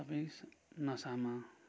सबै नसामा